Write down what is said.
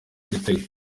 igitego